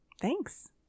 Thanks